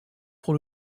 pour